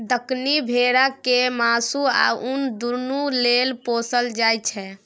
दक्कनी भेरा केँ मासु आ उन दुनु लेल पोसल जाइ छै